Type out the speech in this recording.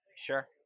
Sure